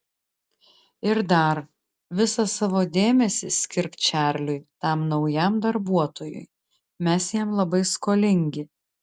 ir dar visą savo dėmesį skirk čarliui tam naujam darbuotojui mes jam labai skolingi